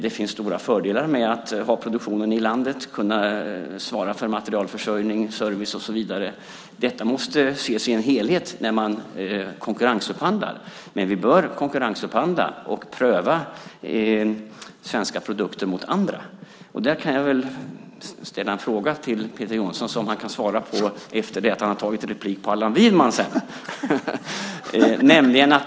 Det finns stora fördelar med att ha produktionen i landet och kunna svara för materielförsörjning, service och så vidare. Detta måste ses i en helhet när man konkurrensupphandlar. Men vi bör konkurrensupphandla och pröva svenska produkter mot andra. Där kan jag ställa en fråga till Peter Jonsson som han kan svara på efter att han har begärt replik på Allan Widman.